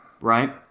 Right